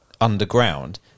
underground